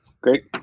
Great